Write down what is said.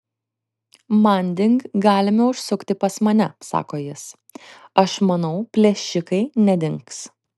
manding galime užsukti pas mane sako jis aš manau plėšikai nedings